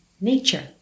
nature